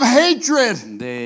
hatred